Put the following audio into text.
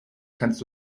kannst